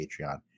Patreon